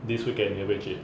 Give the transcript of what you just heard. this weekend 你会不会去